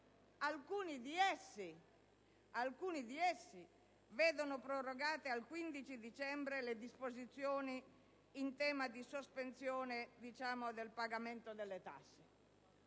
6 aprile 2009 vedono prorogate al 15 dicembre le disposizioni in tema di sospensione del pagamento delle tasse,